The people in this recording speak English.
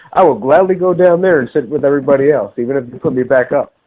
i will gladly go down there and sit with everybody else, even if you put me back up.